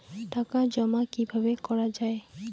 টাকা জমা কিভাবে করা য়ায়?